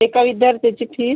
एका विद्यार्थ्याची फिस्